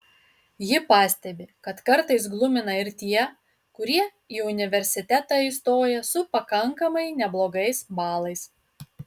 ji pastebi kad kartais glumina ir tie kurie į universitetą įstoja su pakankamai neblogais balais